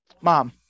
Mom